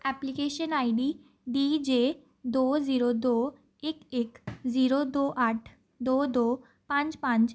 application I D D J ਦੋ zero ਦੋ ਇੱਕ ਇੱਕ ਜ਼ੀਰੋ ਦੋ ਅੱਠ ਦੋ ਦੋ ਪੰਜ ਪੰਜ